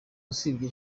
usibye